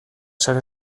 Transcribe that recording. sare